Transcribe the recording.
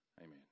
Amen